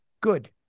good